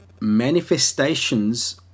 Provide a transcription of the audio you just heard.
manifestations